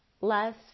less